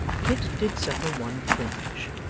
kit did suffer one twinge,